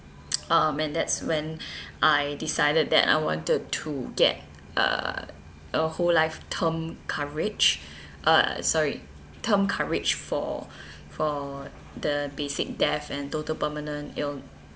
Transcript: um and that's when I decided that I wanted to get uh a whole life term coverage uh sorry term coverage for for the basic death and total permanent ill